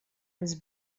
this